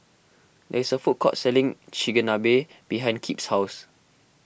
there is a food court selling Chigenabe behind Kip's house